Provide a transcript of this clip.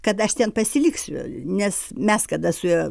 kad aš ten pasiliksiu nes mes kada su